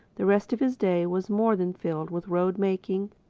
the rest of his day was more than filled with road-making,